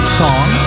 song